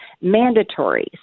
mandatory